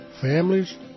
families